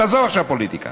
תעזוב עכשיו פוליטיקה,